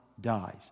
dies